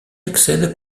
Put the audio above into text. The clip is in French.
accède